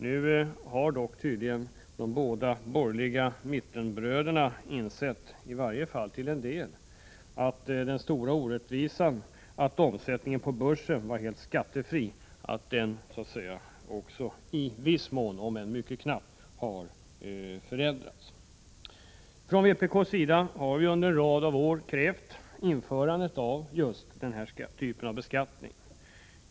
Nu har tydligen de båda borgerliga mittenbröderna insett, i varje fall till en del, den stora orättvisan i att omsättningen på börsen var helt skattefri. Situationen har nu i viss mån om än mycket knappt förändrats. Från vpk:s sida har vi under en rad av år krävt införandet av just den här typen av beskattning.